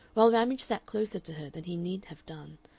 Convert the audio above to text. while ramage sat closer to her than he need have done,